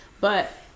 But-